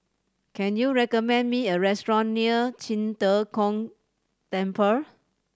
can you recommend me a restaurant near Qing De Gong Temple